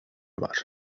var